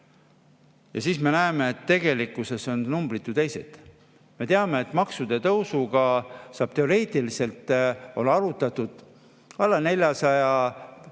–, siis me näeme, et tegelikkuses on numbrid teised. Me teame, et maksude tõusuga saab teoreetiliselt, on arvutatud, alla 400